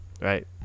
Right